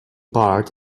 part